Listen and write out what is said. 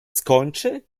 skończy